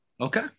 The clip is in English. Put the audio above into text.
Okay